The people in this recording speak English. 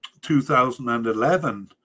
2011